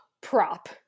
prop